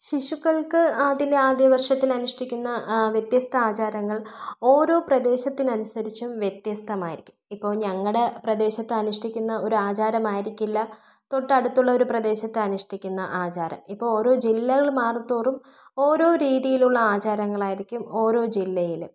ശിശുക്കൾക്ക് അതിൻ്റെ ആദ്യവർഷത്തിൽ അനുഷ്ഠിക്കുന്ന വ്യത്യസ്ത ആചാരങ്ങൾ ഓരോ പ്രദേശത്തിനനുസരിച്ചും വ്യത്യസ്തമായിരിക്കും ഇപ്പോൾ ഞങ്ങളുടെ പ്രദേശത്ത് അനുഷ്ഠിക്കുന്ന ഒരു ആചാരം ആയിരിക്കില്ല തൊട്ടടുത്തുള്ള ഒരു പ്രദേശത്ത് അനുഷ്ഠിക്കുന്ന ആചാരം ഇപ്പോൾ ഓരോ ജില്ലകൾ മാറും തോറും ഓരോ രീതിയിലുള്ള ആചാരങ്ങളായിരിക്കും ഓരോ ജില്ലയിലും